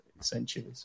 essentially